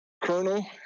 Colonel